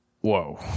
whoa